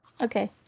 Okay